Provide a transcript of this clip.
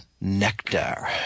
nectar